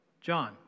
John